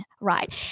right